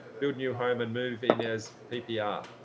build new home and move in as ppr.